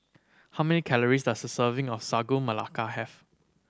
how many calories does a serving of Sagu Melaka have